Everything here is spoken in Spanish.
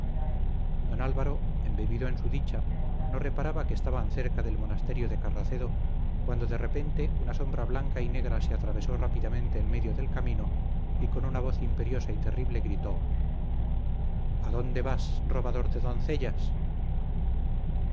don álvaro embebido en su dicha no reparaba que estaban cerca del monasterio de carracedo cuando de repente una sombra blanca y negra se atravesó rápidamente en medio del camino y con una voz imperiosa y terrible gritó a dónde vas robador de